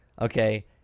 Okay